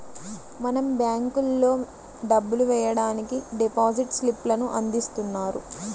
మనం బ్యేంకుల్లో డబ్బులు వెయ్యడానికి డిపాజిట్ స్లిప్ లను అందిస్తున్నారు